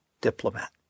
diplomat